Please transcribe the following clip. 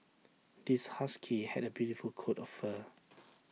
this husky had A beautiful coat of fur